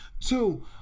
two